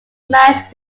managed